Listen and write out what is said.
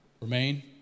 Remain